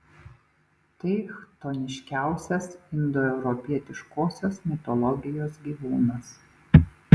tai chtoniškiausias indoeuropietiškosios mitologijos gyvūnas